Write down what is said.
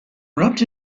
wrapped